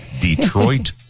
Detroit